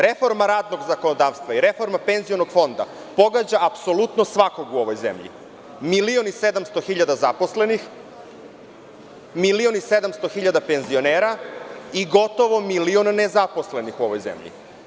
Reforma radnog zakonodavstva i reforma penzionog fonda pogađa apsolutno svakog u ovoj zemlji, milion i 700 hiljada zaposlenih, milion i 700 hiljada penzionera i gotovo milion nezaposlenih u ovoj zemlji.